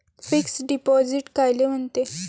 Fix deposit कायले म्हनते?